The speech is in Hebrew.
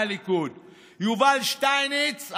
מהליכוד: יובל שטייניץ,